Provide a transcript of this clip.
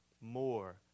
more